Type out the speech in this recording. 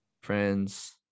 friends